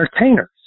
entertainers